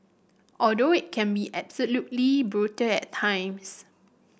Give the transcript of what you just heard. although it can be absolutely brutal at times